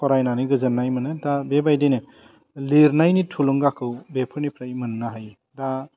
फरायनानै गोजोन्नाय मोनो दा बेबायदिनो लिरनायनि थुलुंगाखौ बेफोरनिफ्राय मोन्नो हायो दा